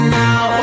now